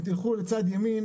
אם תלכו לצד ימין,